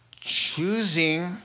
choosing